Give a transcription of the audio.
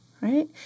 right